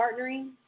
partnering